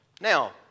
Now